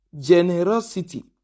Generosity